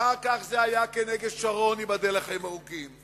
אחר כך זה היה כנגד שרון, ייבדל לחיים ארוכים,